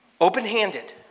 open-handed